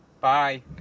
bye